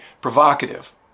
provocative